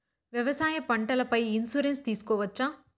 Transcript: వ్యవసాయ పంటల పై ఇన్సూరెన్సు తీసుకోవచ్చా?